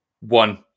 One